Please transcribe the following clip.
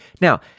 Now